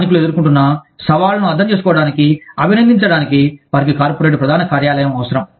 స్థానికులు ఎదుర్కొంటున్న సవాళ్లను అర్థం చేసుకోవడానికి అభినందించడానికి వారికి కార్పొరేట్ ప్రధాన కార్యాలయం అవసరం